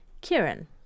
Kieran